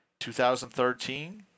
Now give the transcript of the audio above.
2013